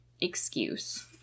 excuse